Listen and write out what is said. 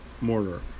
mortar